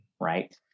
right